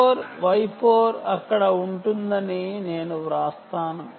సమీకరణాన్ని సంతృప్తిపరిచే ఒక జత కోఆర్డినేట్స్ X4 Y4 ఉంటుందని నేను వ్రాస్తాను